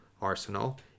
arsenal